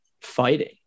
fighting